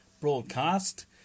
broadcast